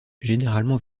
généralement